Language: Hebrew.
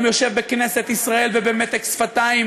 וכיום יושב בכנסת ישראל ובמתק שפתיים